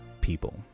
people